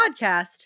...podcast